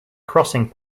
crossing